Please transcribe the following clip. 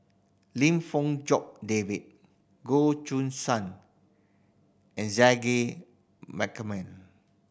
Lim Fong Jock David Goh Choo San and Zaqy Macman